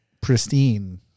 pristine